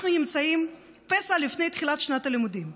אנחנו נמצאים פסע לפני תחילת שנת הלימודים.